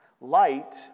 Light